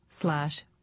slash